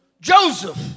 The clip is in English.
Joseph